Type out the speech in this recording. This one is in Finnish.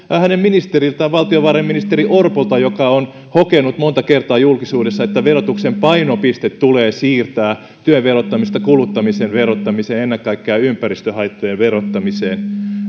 hänen puolueensa ministeriltä valtiovarainministeri orpolta joka on hokenut monta kertaa julkisuudessa että verotuksen painopiste tulee siirtää työn verottamisesta kuluttamisen verottamiseen ja ennen kaikkea ympäristöhaittojen verottamiseen